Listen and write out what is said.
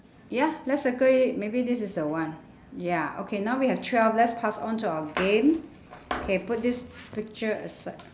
ya let's circle it maybe this is the one ya okay now we have twelve let's pass on to our game K put this picture aside